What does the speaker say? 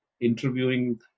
interviewing